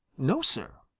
no, sir,